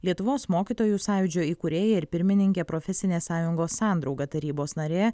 lietuvos mokytojų sąjūdžio įkūrėja ir pirmininkė profesinės sąjungos sandrauga tarybos narė